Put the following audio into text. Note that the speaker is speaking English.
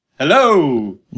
hello